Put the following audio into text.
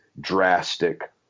drastic